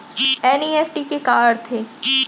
NEFT के का अर्थ है?